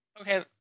Okay